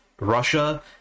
Russia